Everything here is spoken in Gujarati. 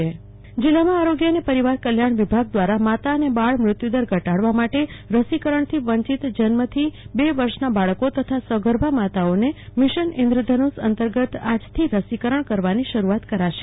કલ્પના શાહ્ મિશન ઇન્દ્રધનુષ્ય જીલ્લામાં આરોગ્ય અને પરિવાર કલ્યાણ વિભાગ દ્વારા માતા અને બાળ મૃત્યુદર ઘટાડવા માટે રસીકરણથી વંચિત જન્મ થી ર વર્ષના બાળકો તથા સગર્ભા માતાઓને મિશન ઇન્દ્રધનુષ અંતર્ગત આજથી રસીકરણ કરવાની શરૂઆત થશે